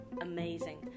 amazing